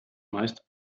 meist